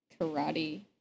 karate